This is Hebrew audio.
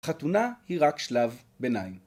חתונה היא רק שלב ביניים.